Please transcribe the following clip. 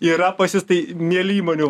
yra pas jus tai mieli įmonių